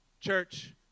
Church